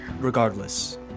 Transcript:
regardless